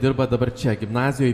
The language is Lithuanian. dirbat dabar čia gimnazijoj